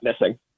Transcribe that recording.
missing